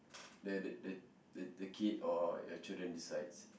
let the the the the kid or your children decides